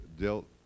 dealt